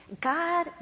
God